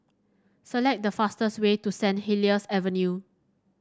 select the fastest way to Saint Helier's Avenue